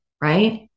right